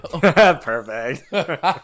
Perfect